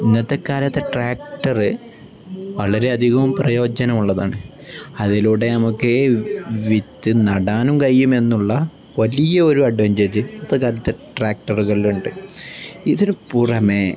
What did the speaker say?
ഇന്നത്തെ കാലത്തെ ട്രാക്ടറ് വളരെയധികവും പ്രയോജനമുള്ളതാണ് അതിലൂടെ നമുക്ക് വിത്ത് നടാനും കഴിയുമെന്നുള്ള വലിയ ഒരു അഡ്വൻ്റേജ് ഇന്നത്തെ കാലത്തെ ട്രാക്ടറുകളിൽ ഉണ്ട് ഇതിന് പുറമേ